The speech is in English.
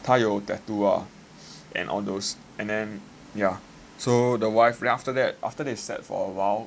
他有 tattoo ah and all those and then ya so the wife then after that after they sat for awhile